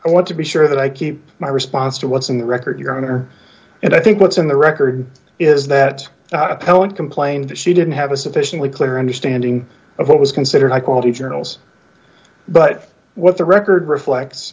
i want to be sure that i keep my response to what's in the record your honor and i think what's on the record is that appellant complained that she didn't have a sufficiently clear understanding of what was considered high quality journals but what the record reflects